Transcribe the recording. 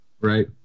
Right